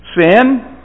sin